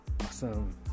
awesome